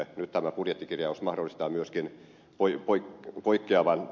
nyt tämä budjettikirjaus mahdollistaa myöskin poikkeavan toiminnan